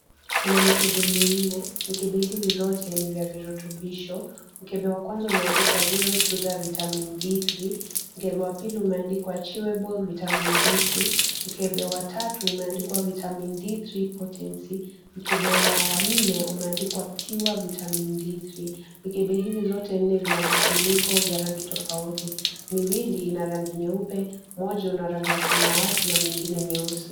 Kuna mikepe minne. Mikepe hizi zote ni vya virutubisho. Mkepe wa kwanza unaandikwa zero sugar vitamin D3 . Mkepe wa pili, umeandikwa achievable vitamin D3 . Mkepe wa tatu umeandikwa vitamin D3 portance . Mkepe wa nne, umeandikwa pure vitamin D . Mikepe hizi zote nne zina vifuniko vya rangi tofauti. Miwili vina rangi nyeupe, moja una rangi ya samawati na mwingine nyeusi.